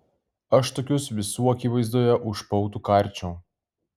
aš tokius visų akivaizdoje už pautų karčiau